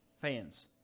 Fans